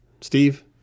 Steve